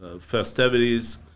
festivities